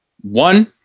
One